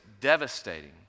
devastating